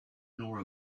nor